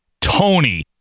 Tony